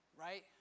Right